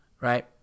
right